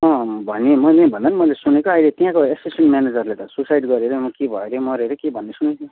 अँ भने मैले भन्दा पनि मैले सुनेको अहिले त्यहाँको असिस्टेन म्यानेजरले त सुसाइड गर्यो अरे अँ के भयो हरे मर्यो अरे के भन्ने सुनेको